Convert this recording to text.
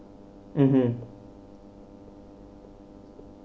mmhmm